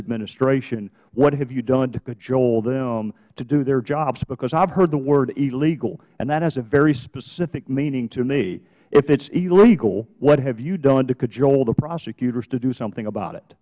administration what have you done to cajole them to do their jobs because i have heard the word illegal and that has a very specific meaning to me if it is illegal what have you done to cajole the prosecutors to do something about it